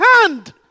hand